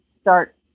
start